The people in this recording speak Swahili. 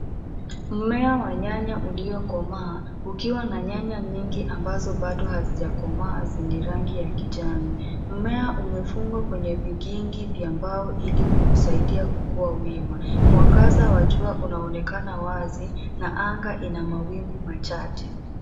Mmea wa nyanya uliokomaa, ukiwa na nyanya nyingi ambazo bado hazijakomaa zenye rangi ya kijani. Mmea umefungwa kwenye vigingi vya mbao ili kusaidia kukua wima. Mwangaza wa jua unaonekana wazi, na anga ina mawingu machache.